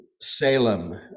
Salem